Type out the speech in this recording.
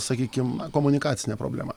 sakykim komunikacinė problema